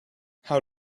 how